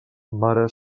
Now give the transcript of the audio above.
mare